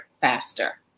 faster